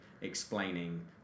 explaining